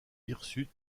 hirsutes